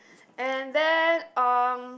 and then um